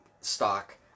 stock